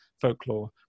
folklore